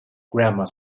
grammar